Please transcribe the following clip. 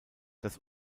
das